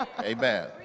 Amen